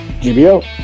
GBO